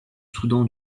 soudan